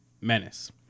menace